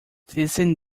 thiessen